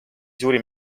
suurim